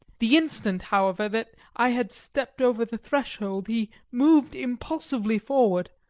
the instant, however, that i had stepped over the threshold, he moved impulsively forward,